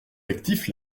actifs